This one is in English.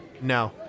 No